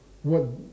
what